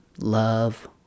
Love